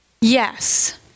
Yes